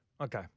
Okay